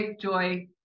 joy